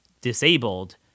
disabled